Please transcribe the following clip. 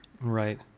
right